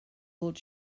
old